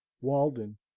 Walden